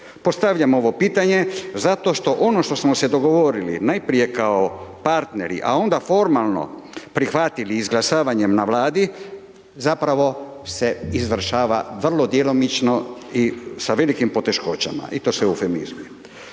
Postavljam ovo pitanje zašto što ono što smo se dogovorili, najprije kao partneri, a ona formalno prihvatili izglasavanjem na Vladi zapravo se izvršava vrlo djelomično i sa velikim poteškoćama i to sve u